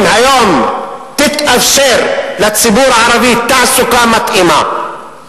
אם היום תתאפשר לציבור הערבי תעסוקה מתאימה,